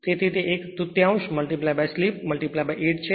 તેથી તે એક તૃતીયાંશ સ્લિપ 8 છે